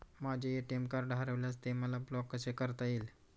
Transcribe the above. माझे ATM card हरविल्यास ते मला ब्लॉक कसे करता येईल?